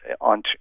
on